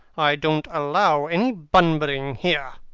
i don't allow any bunburying here.